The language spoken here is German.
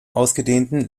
ausgedehnten